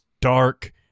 dark